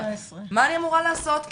מה אני אמורה לעשות כהורה,